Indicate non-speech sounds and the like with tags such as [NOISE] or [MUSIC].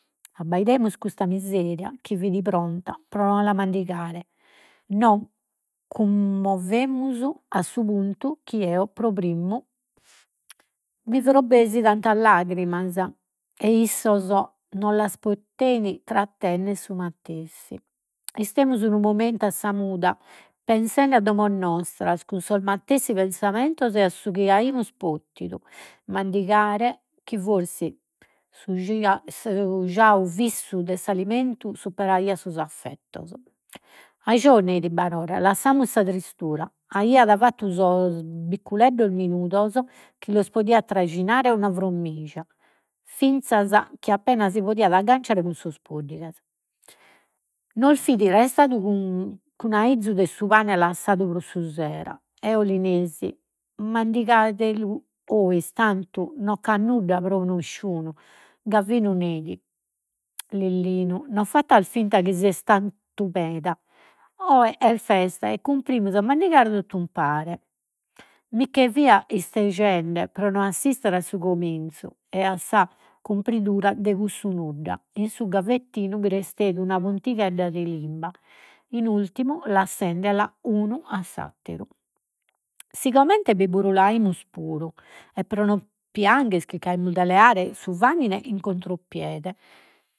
Abbaidemus custa miseria chi fit pronta pro la mandigare, [HESITATION] cummovemus a su puntu chi eo pro primmu mi frobbesi tantas lagrimas, e issos no las potein trattennere su matessi. Istemus unu momentu a sa muda, pensende a domos nostras cun sos matessi pensamentos, e a su chi aimus potidu mandigare chi forsis su [HESITATION] giau fissu de s'alimentu superaiat sos affettos. Ajò, neit Barore, lassamus sa tristura. Aiat fattu [HESITATION] bicculeddos minudos, chi los podiat trajinare una frommija, finzas chi appena si poian agganzare cun sos poddighes. Nos fit restadu [HESITATION] cun aizzu de su pane lassadu pro su sera. Eo lis nesi, mandigadelu 'ois tantu no c'at nudda pro nisciunu. Gavinu neit, Lillinu, no fattas finta chi ses [HESITATION] meda. Oe est festa e cumprimus a mandigare tot'umpare. Mi che fia istejende pro no assistere a su cominzu e a sa cumpridura de cussu nudda. In su gavettino bi resteit una puntighedda de limba, in ultimu lassendela unu a s'atteru. Sigomente bi burulaimus puru e pro no pianghere chircaimus de leare su famine in contropiede.